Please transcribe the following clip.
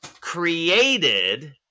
created